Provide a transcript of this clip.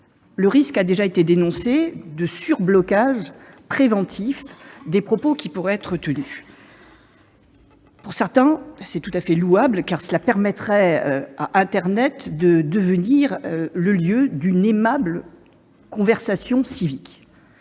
Le risque de sur-blocage préventif des propos qui pourraient être tenus a déjà été dénoncé. Pour certains, c'est tout à fait louable, car cela permettrait à internet de devenir le lieu d'une aimable conversation civique.